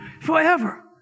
forever